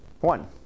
one